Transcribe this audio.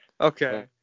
Okay